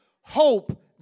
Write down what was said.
hope